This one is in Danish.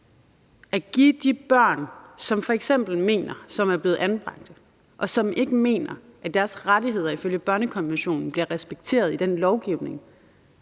At give de børn, som f.eks. er blevet anbragt, og som ikke mener, at deres rettigheder ifølge børnekonventionen bliver respekteret i den lovgivning,